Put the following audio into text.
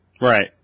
Right